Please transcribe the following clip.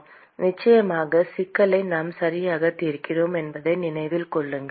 மாணவர் நிச்சயமாக இந்த சிக்கலை நாம் சரியாக தீர்க்கிறோம் என்பதை நினைவில் கொள்ளுங்கள்